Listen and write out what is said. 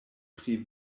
pri